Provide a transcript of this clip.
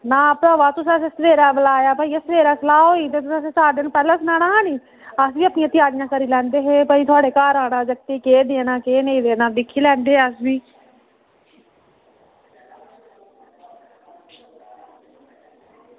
ना भ्रावा तुसें असें ई सबेरै बुलाया ते सबेरै सलाह् होई तुसें चार दिन असेंगी पैह्लें सनाना हा नी अस बी अपनियां त्यारियां करी लैंदे हे नी की असे बी जगतै गी केह् देना केह् नेईं तां दिक्खी लैंदे हे अस बी